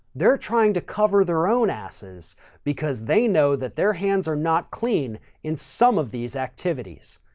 they're trying to cover their own asses because they know that their hands are not clean in some of these activities,